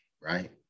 right